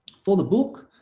for the book